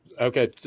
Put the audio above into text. Okay